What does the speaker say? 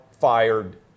fired